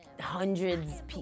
hundreds